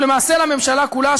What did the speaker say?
ולמעשה לממשלה כולה,